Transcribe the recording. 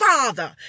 Father